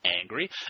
Angry